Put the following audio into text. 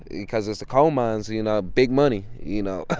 because it's the coal mines, you know, big money, you know,